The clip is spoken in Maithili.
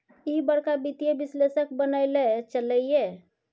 ईह बड़का वित्तीय विश्लेषक बनय लए चललै ये